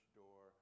door